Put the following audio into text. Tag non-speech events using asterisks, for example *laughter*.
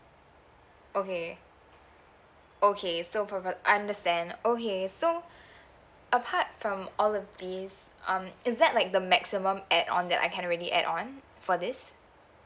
okay okay so for per per~ understand okay so *breath* apart from all of these um is that like the maximum add-on that I can really add on for this